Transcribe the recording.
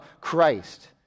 Christ